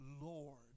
Lord